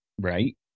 Right